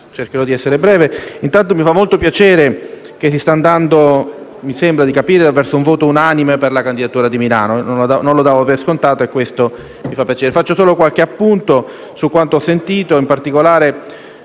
cercherò di essere breve. Mi fa molto piacere che si stia andando, come mi sembra di capire, verso un voto unanime per la candidatura di Milano; non lo davo per scontato e questo mi fa piacere. Vorrei fare solo qualche appunto su quanto ho sentito. In particolare,